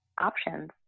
options